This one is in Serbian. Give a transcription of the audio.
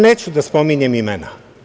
Neću da spominjem imena.